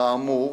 האמור